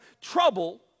trouble